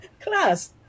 class